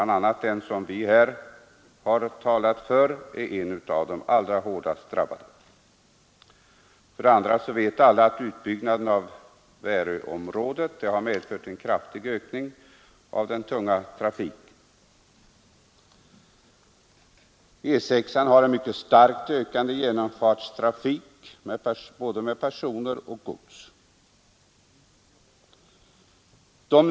Den del som vi här har talat för är en av de allra svårast utsatta. För det andra har som bekant utbyggnaden av Väröområdet medfört en kraftig ökning av den tunga trafiken. För det tredje har E6 en mycket starkt ökande genomfartstrafik både med personer och med gods.